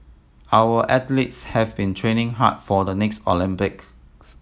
our athletes have been training hard for the next Olympics